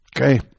Okay